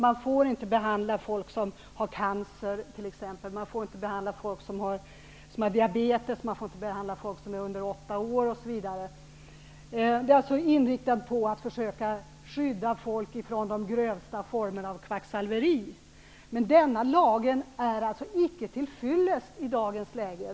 Man får inte behandla folk som har cancer, folk som har diabetes, barn under 8 år osv. Denna lag är alltså inriktad på att skydda folk från de grövsta formerna av kvacksalveri, men den är inte till fyllest i dagens läge.